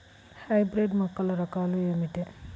Hybrid మొక్కల రకాలు ఏమిటీ?